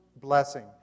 blessing